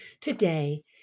Today